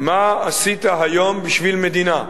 "מה עשית היום בשביל מדינה?"